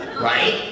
Right